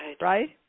Right